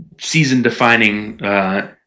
season-defining